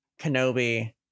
kenobi